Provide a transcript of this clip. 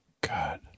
god